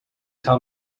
tell